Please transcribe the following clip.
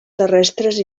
terrestres